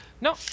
No